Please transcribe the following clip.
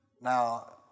Now